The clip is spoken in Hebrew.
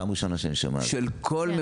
זאת פעם ראשונה שאני שומע על זה,